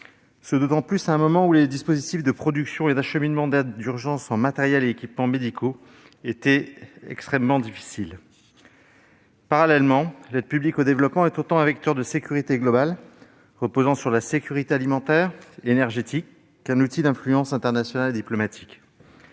de mettre en place les dispositifs de production et d'acheminement d'aides d'urgence en matériels et équipements médicaux. Parallèlement, l'aide publique au développement est autant un vecteur de sécurité globale, reposant sur la sécurité alimentaire et énergétique, qu'un outil d'influence internationale et diplomatique.